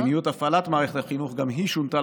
מדיניות הפעלת מערכת החינוך גם היא שונתה